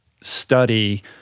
study